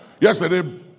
Yesterday